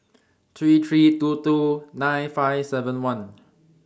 three three two two nine five seven one